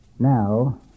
Now